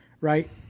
right